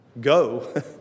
Go